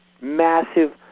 massive